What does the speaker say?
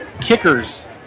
kickers